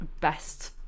best